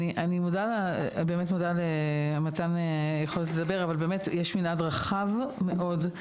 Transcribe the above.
אני באמת מודה למתן הזכות לדבר אבל באמת יש מנעד רחב מאוד.